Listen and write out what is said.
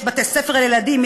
יש בתי-ספר לילדים,